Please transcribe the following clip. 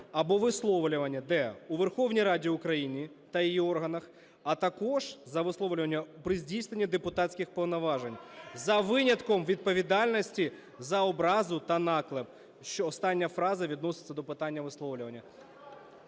або висловлювання – де? – у Верховній Раді України та її органах, а також – за висловлювання – при здійсненні депутатських повноважень, за винятком відповідальності за образу та наклеп". Остання фраза відноситься до питання висловлювання.